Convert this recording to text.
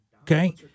okay